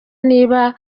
niba